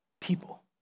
people